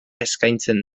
eskaintzen